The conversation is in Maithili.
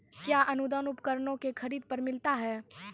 कया अनुदान उपकरणों के खरीद पर मिलता है?